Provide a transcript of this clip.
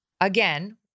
again